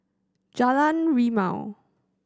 Jalan Rimau